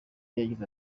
yagize